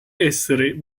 essere